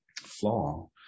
flaw